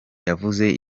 yavuze